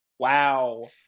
Wow